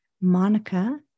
Monica